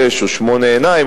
שש או שמונה עיניים,